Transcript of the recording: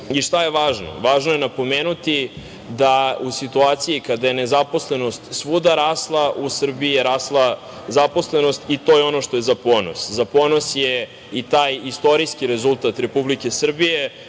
je važno? Važno je napomenuti da u situaciji kada je nezaposlenost svuda rasla, u Srbiji je rasla zaposlenost, i to je ono što je za ponos. Za ponos je i taj istorijski rezultat Republike Srbije,